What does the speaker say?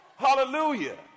Hallelujah